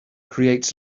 creates